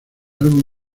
álbum